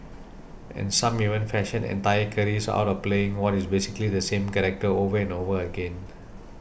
and some even fashion entire careers out of playing what is basically the same character over and over again